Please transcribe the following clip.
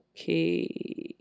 okay